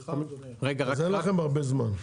אין לכם הרבה זמן.